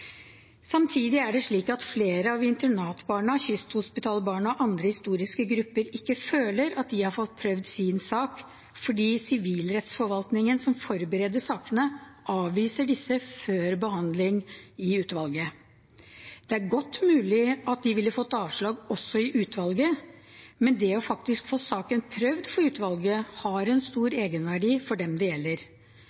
Samtidig er det slik at flere av «internatbarna», «kysthospitalbarna» og andre historiske grupper ikke føler at de har fått prøvd sin sak fordi Sivilrettsforvaltningen, som forbereder sakene, avviser disse før behandling i utvalget. Det er godt mulig at de ville fått avslag også fra utvalget, men det å faktisk få saken prøvd for utvalget har en stor